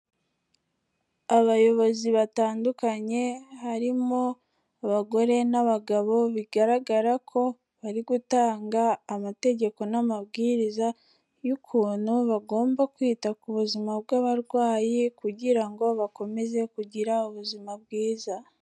Abayobozi batandukanye harimo abagore n'abagabo, bigaragara ko bari gutanga amategeko n'amabwiriza y'ukuntu bagomba kwita ku buzima bw'abarwayi kugira ngo bakomeze kugira ubuzima bwiza.